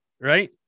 right